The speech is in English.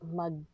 mag